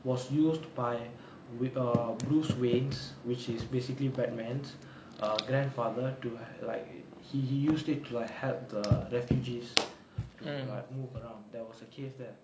was used by with err bruce wayne's which is basically black man's err grandfather to like he he use it to like help the refugees to like move around there was a cave there